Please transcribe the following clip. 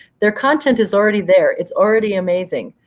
their content is already there. it's already amazing.